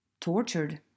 tortured